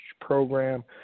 program